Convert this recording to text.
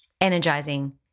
energizing